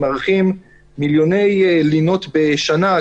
מעריכים מיליוני לינות בשנה,